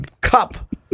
cup